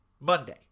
Monday